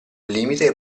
limite